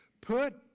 put